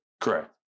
Correct